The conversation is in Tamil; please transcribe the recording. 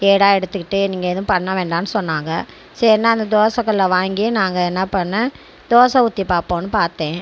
ஏடா எடுத்துக்கிட்டு நீங்கள் எதுவும் பண்ண வேண்டாம்னு சொன்னாங்கள் சரின்னு அந்தத் தோசை கல்லை வாங்கி நாங்கள் என்ன பண்ணேன் தோசை ஊற்றி பார்ப்போன்னு பார்த்தேன்